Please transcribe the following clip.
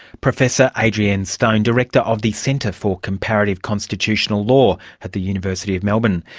professor adrienne stone, director of the centre for comparative constitutional law at the university of melbourne.